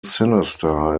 sinister